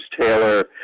Taylor